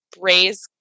raise